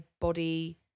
body